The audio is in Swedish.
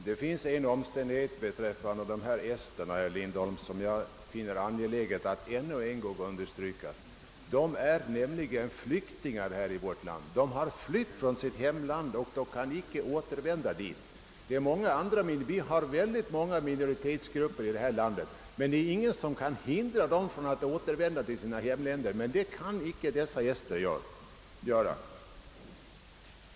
Herr talman! Det är en omständighet beträffande dessa ester, herr Lindholm, som jag finner det angeläget att ännu en gång understryka, nämligen att de är politiska flyktingar i vårt land. De har flytt från sitt hemland och kan inte återvända dit. Vi har många andra minoritetsgrupper i vårt land, men det är ingen som kan hindra dessa människor från att återvända till sina hemländer, vilket esterna dock icke kan göra.